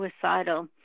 suicidal